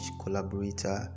collaborator